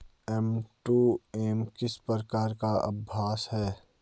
M to M किस प्रकार का अभ्यास है?